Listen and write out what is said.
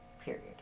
period